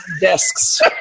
desks